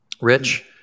Rich